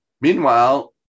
Meanwhile